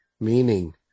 meaning